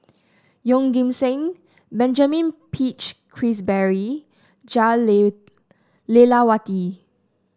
Yeoh Ghim Seng Benjamin Peach Keasberry Jah Lelawati